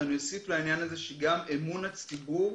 ואני אוסיף לעניין הזה את אמון הציבור.